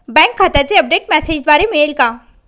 Bank खात्याचे update मेसेजद्वारे मिळेल का?